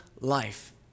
life